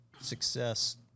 success